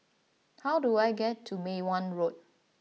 how do I get to Mei Hwan Road